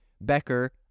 Becker